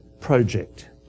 project